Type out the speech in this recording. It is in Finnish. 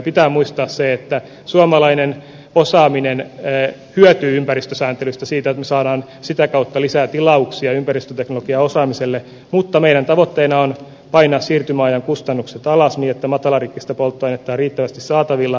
pitää muistaa se että suomalainen osaaminen hyötyy ympäristösääntelystä siitä että me saamme sitä kautta lisää tilauksia ympäristöteknologian osaamiselle mutta meidän tavoitteenamme on painaa siirtymäajan kustannukset alas niin että matalarikkistä polttoainetta on riittävästi saatavilla